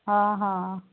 ହଁ ହଁ